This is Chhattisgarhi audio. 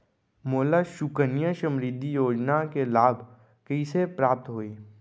मोला सुकन्या समृद्धि योजना के लाभ कइसे प्राप्त होही?